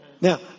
Now